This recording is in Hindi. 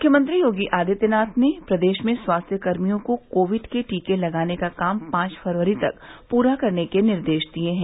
मुख्यमंत्री योगी आदित्यनाथ ने प्रदेश में स्वास्थ्य कर्मियों को कोविड के टीके लगाने का काम पांच फरवरी तक पूरा करने के निर्देश दिए हैं